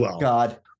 God